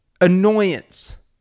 Annoyance